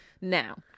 now